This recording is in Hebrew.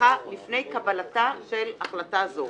נשלחה לפני קבלתה של החלטה זו.